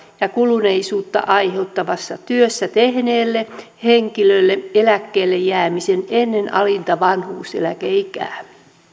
ja kuluneisuutta aiheuttavassa työssä tehneelle henkilölle eläkkeelle jäämisen ennen alinta vanhuuseläkeikää